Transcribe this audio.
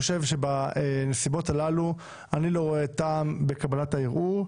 בנסיבות הללו אני לא רואה טעם בקבלת הערעור.